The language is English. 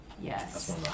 Yes